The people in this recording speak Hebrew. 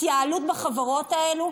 התייעלות בחברות האלו,